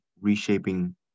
reshaping